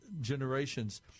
generations